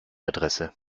adresse